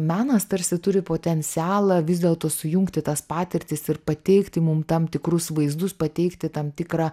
menas tarsi turi potencialą vis dėlto sujungti tas patirtis ir pateikti mum tam tikrus vaizdus pateikti tam tikrą